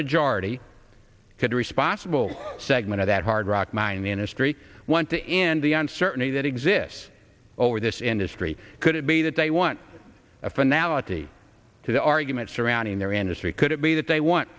majority could responsible segment of that hard rock mine the industry want to end the uncertainty that exists over this industry could it be that they want a finality to the argument surrounding their industry could it be that they want